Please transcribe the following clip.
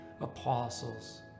apostles